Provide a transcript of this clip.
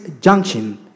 junction